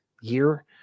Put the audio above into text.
year